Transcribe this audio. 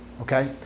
Okay